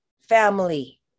family